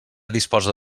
disposa